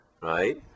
right